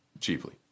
cheaply